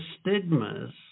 stigmas